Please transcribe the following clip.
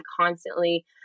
constantly